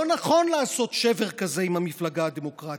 לא נכון לעשות שבר כזה עם המפלגה הדמוקרטית,